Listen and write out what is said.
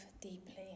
deeply